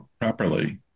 properly